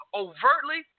overtly